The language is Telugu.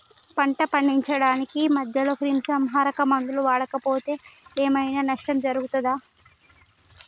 పంట పండించడానికి మధ్యలో క్రిమిసంహరక మందులు వాడకపోతే ఏం ఐనా నష్టం జరుగుతదా?